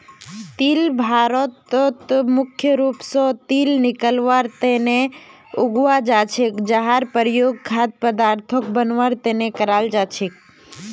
तिल भारतत मुख्य रूप स तेल निकलवार तना उगाल जा छेक जहार प्रयोग खाद्य पदार्थक बनवार तना कराल जा छेक